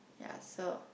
ya so